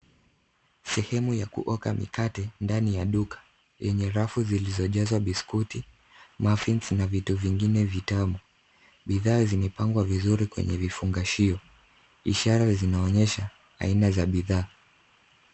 Sehemu ya kuoka mikate ndani ya duka yenye rafu zilizojazwa biskuti, muffins , na vitu vingine vitamu. Bidhaa zimepangwa vizuri kwenye vifungashio. Ishara zinaonyesha aina za bidhaa.